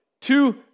two